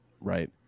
right